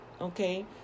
okay